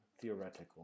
theoretical